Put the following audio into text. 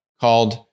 called